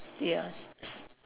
ya s~